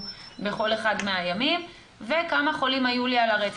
בכל אחד מהימים וכמה חולים היו לי על הרצף,